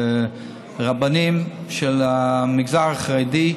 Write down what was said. הרבנים של המגזר החרדי,